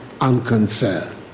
unconcerned